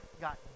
got